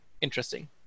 interesting